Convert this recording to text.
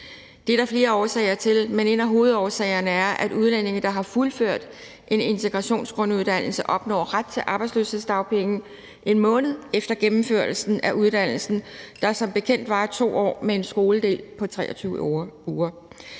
det er der flere årsager til. En af hovedårsagerne er, at udlændinge, der har fuldført en integrationsgrunduddannelse, opnår ret til arbejdsløshedsdagpenge en måned efter gennemførelsen af uddannelsen, der som bekendt varer 2 år med en skoledel på 23 uger.